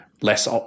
less